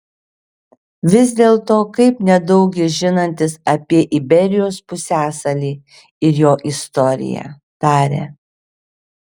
vis dėlto kaip nedaug jis žinantis apie iberijos pusiasalį ir jo istoriją tarė